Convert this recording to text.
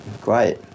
great